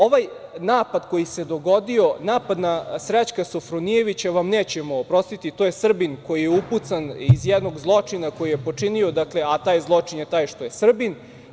Ovaj napad koji se dogodio, napad na Srećka Sofronijevića vam nećemo oprostiti, to je Srbin koji je upucan iz jednog zločina koji je počinio a taj zločin je taj što je Srbin.